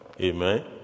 Amen